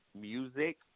music